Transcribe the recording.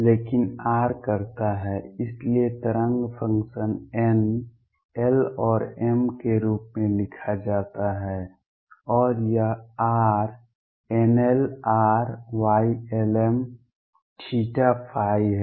लेकिन r करता है इसलिए तरंग फंक्शन n l और m के रूप में लिखा जाता है और यह RnlrYlmθϕ है